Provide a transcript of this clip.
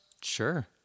Sure